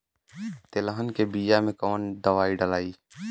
तेलहन के बिया मे कवन दवाई डलाई?